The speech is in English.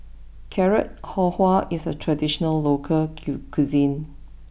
Carrot Halwa is a traditional local cuisine